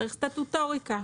צריך סטטוטוריקה,